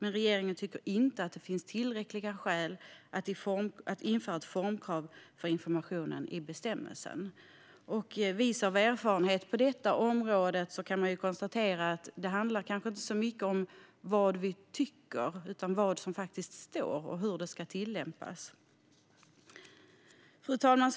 Men regeringen tycker inte att det finns tillräckliga skäl att införa ett formkrav för informationen i bestämmelsen. Vis av erfarenhet på detta område kan man konstatera att det kanske inte handlar så mycket om vad vi tycker utan mer om vad som faktiskt står och hur det ska tillämpas. Fru talman!